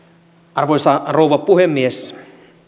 arvoisa rouva puhemies